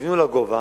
שתבנו לגובה,